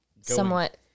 Somewhat